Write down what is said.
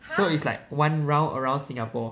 so it's like one round around singapore